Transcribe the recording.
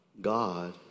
God